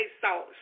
salt